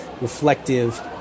reflective